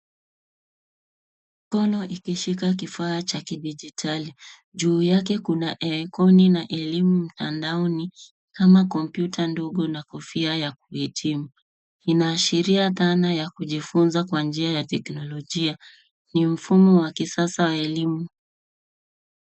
Mkono ikishika kifaa cha dijitali. Juu yake kuna aikoni na elimu mtandaoni kama kompyuta ndogo na kofia ya kuhitimu. Inaashiria dhana ya kujifunza kwa njia ya teknolojia. Ni mfumo wa kisasa wa elimu.